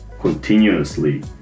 continuously